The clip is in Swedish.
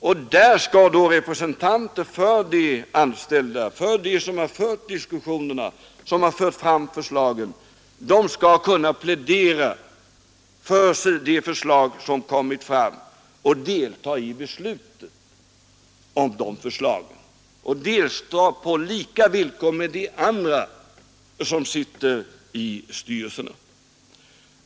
Och där skall då representanter för de anställda, för dem som har fört diskussionerna och lagt fram förslagen, kunna plädera för de förslag som framkommit och delta i besluten om dem. Och de skall kunna göra det på lika villkor med de andra som sitter i styrelsen.